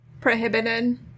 prohibited